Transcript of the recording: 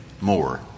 more